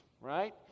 right